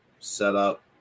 setup